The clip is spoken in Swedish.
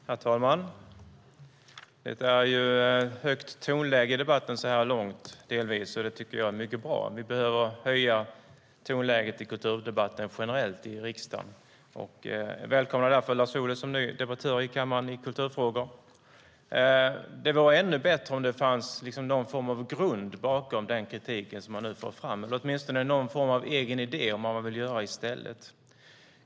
Herr talman! Det är delvis ett högt tonläge i debatten så här långt. Det tycker jag är mycket bra. Vi behöver höja tonläget i kulturdebatten generellt i riksdagen. Jag välkomnar därför Lars Ohly som ny debattör i kammaren i kulturfrågor. Det vore ännu bättre om det fanns någon form av grund bakom den kritik som han nu för fram, åtminstone någon form av egen idé om vad man vill göra i stället.